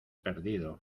perdido